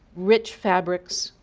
rich fabrics,